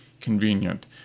convenient